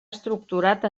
estructurat